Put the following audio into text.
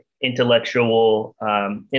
intellectual